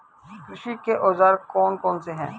कृषि के औजार कौन कौन से हैं?